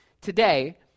today